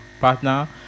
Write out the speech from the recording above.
partner